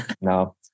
No